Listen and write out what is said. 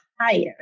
higher